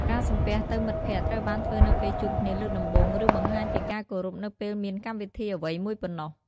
ការសំពះទៅមិត្តភក្តិត្រូវបានធ្វើនៅពេលជួបគ្នាលើកដំបូង ឬ បង្ហាញពីការគោរពនៅពេលមានកម្មវិធីអ្វីមួយប៉ុណ្ណោះ។